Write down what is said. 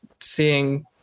seeing